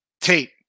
Tate